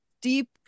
deep